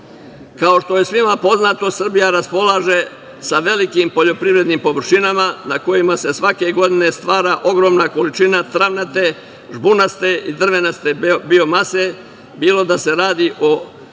što je svima poznato, Srbija raspolaže sa velikim poljoprivrednim površinama na kojima se svake godine stvara ogromna količina travnate, žbunaste i drvenaste biomase, bilo da se radi o